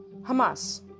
Hamas